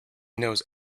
knows